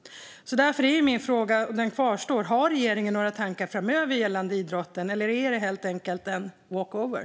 Därför kvarstår min fråga. Har regeringen några tankar framöver gällande idrotten, eller är det helt enkelt en walkover?